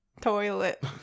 toilet